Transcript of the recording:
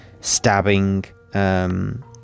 stabbing